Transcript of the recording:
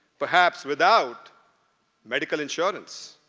perhaps without medical insurance,